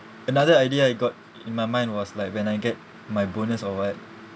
another idea I got in my mind was like when I get my bonus or what